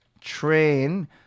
Train